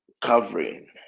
covering